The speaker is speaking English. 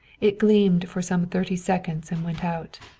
it gleamed for some thirty seconds and went out.